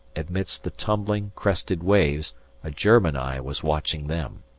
amidst the tumbling, crested waves a german eye was watching them!